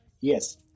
Yes